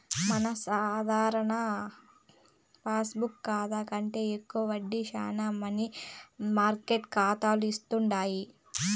మన సాధారణ పాస్బుక్ కాతా కంటే ఎక్కువ వడ్డీ శానా మనీ మార్కెట్ కాతాలు ఇస్తుండాయి